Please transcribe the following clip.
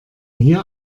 hier